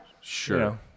sure